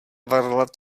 varlat